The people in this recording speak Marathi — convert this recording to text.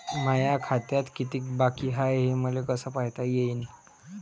माया खात्यात कितीक बाकी हाय, हे मले कस पायता येईन?